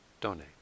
donate